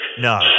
No